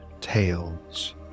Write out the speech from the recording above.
tales